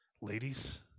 Ladies